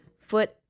foot